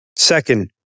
Second